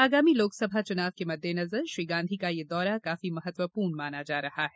आगामी लोकसभा चुनाव के मद्देनजर श्री गांधी का यह दौरा काफी महत्वपूर्ण माना जा रहा है